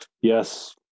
yes